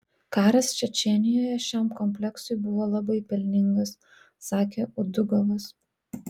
karas čečėnijoje šiam kompleksui buvo labai pelningas sakė udugovas